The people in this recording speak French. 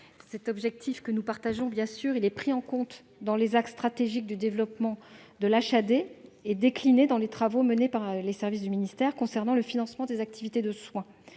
Cet objectif, que nous partageons, est pris en compte dans les axes stratégiques du développement de l'HAD et décliné dans les travaux menés par les services du ministère concernant le financement des activités de soin.